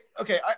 Okay